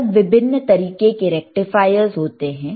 अलग विभिन्न तरीके के रेक्टिफायर्स होते हैं